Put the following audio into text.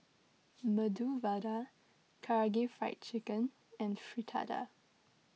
Medu Vada Karaage Fried Chicken and Fritada